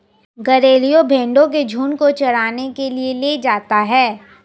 गरेड़िया भेंड़ों के झुण्ड को चराने के लिए ले जाता है